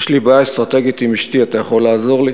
יש לי בעיה אסטרטגית עם אשתי, אתה יכול לעזור לי?